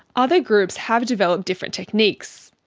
other groups have developed different techniques,